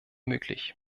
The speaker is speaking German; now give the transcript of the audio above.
möglich